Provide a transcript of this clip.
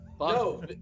No